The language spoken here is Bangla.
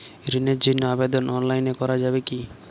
ঋণের জন্য আবেদন অনলাইনে করা যাবে কি?